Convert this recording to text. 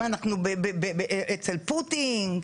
אנחנו אצל פוטין?